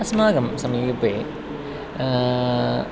अस्माकं समीपे